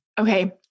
okay